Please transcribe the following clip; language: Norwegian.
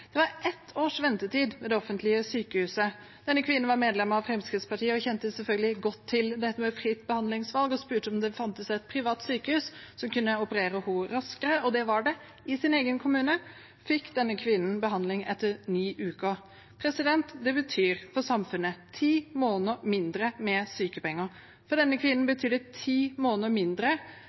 Det var ett års ventetid ved det offentlige sykehuset. Denne kvinnen var medlem av Fremskrittspartiet og kjente selvfølgelig godt til dette med fritt behandlingsvalg. Hun spurte om det fantes et privat sykehus som kunne operere henne raskere, og det var det. I sin egen kommune fikk kvinnen behandling etter ni uker. For samfunnet betyr det ti måneder mindre med sykepenger. For denne kvinnen betyr det ti måneder mindre